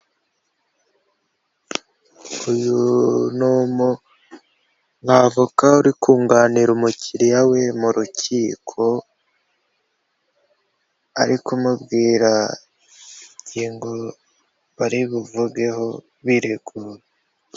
Uyu ni umwavoka uri kunganira umukiriya we mu rukiko, ari kumubwira ingingo bari buvugeho biregura.